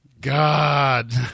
God